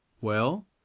Well